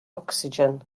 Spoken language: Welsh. ocsigen